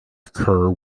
occur